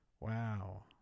Wow